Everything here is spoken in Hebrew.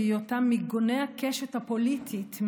בהיותם מגוני הקשת הפוליטית,